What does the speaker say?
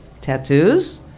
Tattoos